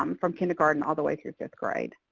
um from kindergarten all the way through fifth grade.